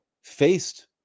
faced